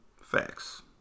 Facts